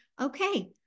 Okay